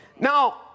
Now